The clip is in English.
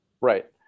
Right